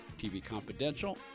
tvconfidential